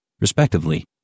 respectively